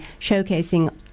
showcasing